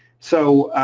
so